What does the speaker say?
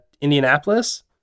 Indianapolis